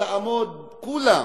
לעמוד כולם.